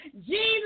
Jesus